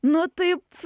nu taip